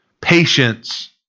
Patience